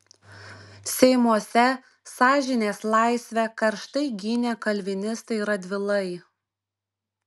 seimuose sąžinės laisvę karštai gynė kalvinistai radvilai